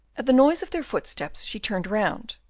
at the noise of their footsteps she turned round,